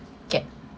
get